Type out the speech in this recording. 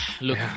Look